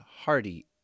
HARDY